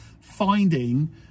finding